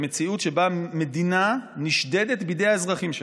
מציאות שבה המדינה נשדדת מידי האזרחים שלה,